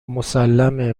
مسلمه